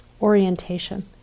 orientation